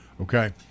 Okay